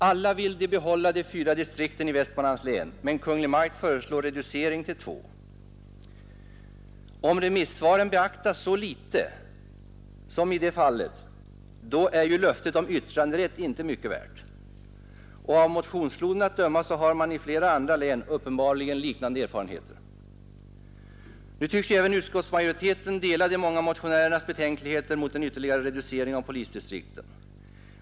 Alla vill Onsdagen den behålla de fyra distrikten i Västmanlands län, men Kungl. Maj:t föreslår 23 februari 1972 reducering till två. Om remissvaren beaktas så litet som i det fallet ärju —L G— — löftet om yttranderätt inte mycket värt. Av motionsfloden att döma har Vissa reformer man i flera andra län uppenbarligen liknande erfarenheter. AO polisoch Nu tycks ju även utskottsmajoriteten dela de många motionärernas åklagarväsendet betänkligheter mot en ytterligare reducering av polisdistrikten.